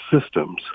systems